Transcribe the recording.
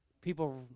people